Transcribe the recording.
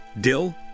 dill